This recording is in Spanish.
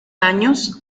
años